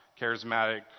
charismatic